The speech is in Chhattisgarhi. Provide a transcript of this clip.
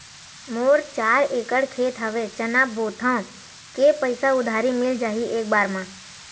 मोर चार एकड़ खेत हवे चना बोथव के पईसा उधारी मिल जाही एक बार मा?